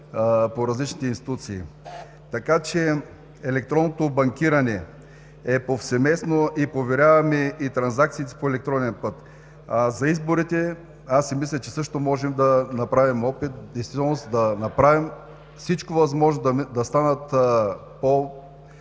по различните институции. Така че електронното банкиране е повсеместно и поверяваме транзакциите си по електронен път. За изборите аз също си мисля, че можем да направим опит и да направим всичко възможно да станат по-видими